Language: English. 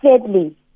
sadly